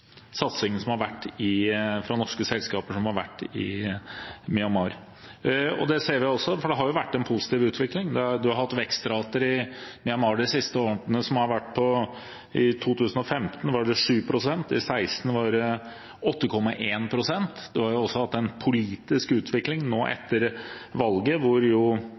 satsingen fra norske selskaper som har vært i Myanmar. Det ser vi, for det har jo vært en positiv utvikling der man har hatt vekstrater i Myanmar de siste årene. I 2015 var det 7 pst., i 2016 var det 8,1 pst. Man har også hatt en politisk utvikling nå etter valget, hvor